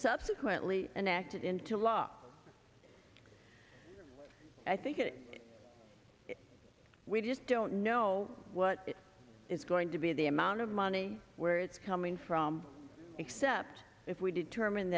subsequently enacted into law i think we just don't know what is going to be the amount of money where it's coming from except if we determine